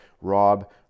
Rob